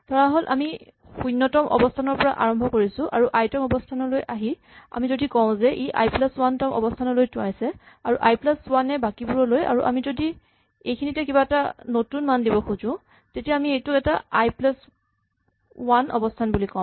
ধৰাহ'ল আমি শূণ্যতম অৱস্হানৰ পৰা আৰম্ভ কৰিছো আৰু আই তম অৱস্হানলৈ আহি আমি যদি কওঁ যে ই আই প্লাচ ৱান তম অৱস্হানলৈ টোঁৱাইছে আৰু আই প্লাচ ৱান এ বাকীবোৰলৈ আৰু আমি যদি এইখিনিতে কিবা এটা নতুন মান দিব খোজো তেতিয়া আমি সেইটোক নতুন আই প্লাচ ৱান অৱস্হান বুলি ক'ম